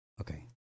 Okay